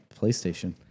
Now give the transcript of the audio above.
PlayStation